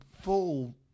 Full